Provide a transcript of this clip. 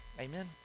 Amen